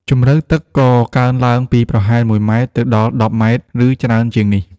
ជម្រៅទឹកក៏កើនឡើងពីប្រហែល ១ ម៉ែត្រ ទៅដល់ ១០ ម៉ែត្រ ឬច្រើនជាងនេះ។